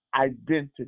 identity